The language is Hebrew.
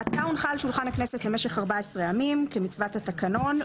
ההצעה הונחה על שולחן הכנסת למשך 14 ימים כמצוות התקנון,